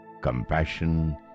compassion